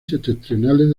septentrionales